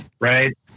right